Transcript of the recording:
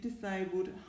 disabled